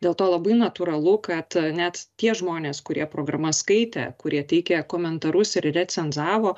dėl to labai natūralu kad net tie žmonės kurie programas skaitė kurie teikė komentarus ir recenzavo